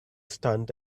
stunt